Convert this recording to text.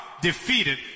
defeated